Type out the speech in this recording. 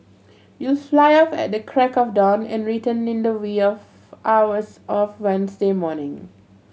you'll fly off at the crack of dawn and return in the wee of hours of Wednesday morning